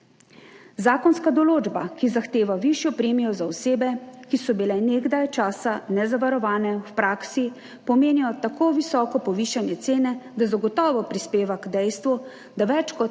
Zakonska določba, ki zahteva višjo premijo za osebe, ki so bile nekaj časa nezavarovane, v praksi pomeni tako visoko povišanje cene, da zagotovo prispeva k dejstvu, da več kot